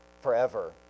forever